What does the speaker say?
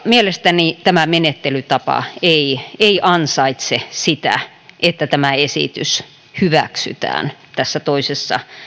mielestäni tämä menettelytapa ei ei ansaitse sitä että tämä esitys hyväksytään tässä toisessa